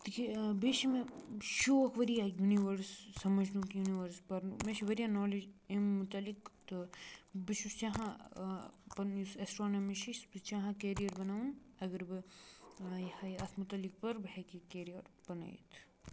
تِکیٛاہ بیٚیہِ چھِ مےٚ شوق واریاہ یُنِوٲرس سَمٕجنُک یُنِوٲرس پَرنُک مےٚ چھِ واریاہ نالیج اَمہِ متعلق تہٕ بہٕ چھُس چاہان پَنُن یُس اٮ۪سٹرٛانامی چھِ یہِ چھُس بہٕ چاہان کیریَر بَناوُن اگر بہٕ ہاے ہاے اَتھ متعلق پَرٕ بہٕ ہٮ۪کہٕ یہِ کیریَر بنٲیِتھ